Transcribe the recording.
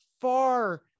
far